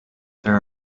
there